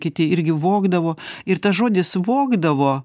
kiti irgi vogdavo ir tas žodis vogdavo